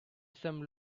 some